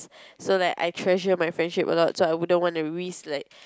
so like I treasure my friendship a lot so I wouldn't want to risk like